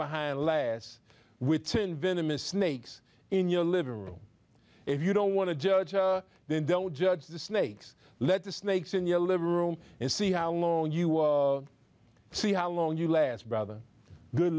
behind last with venomous snakes in your living room if you don't want to judge then don't judge the snakes let the snakes in your living room and see how long you will see how long you last brother good